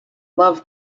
loved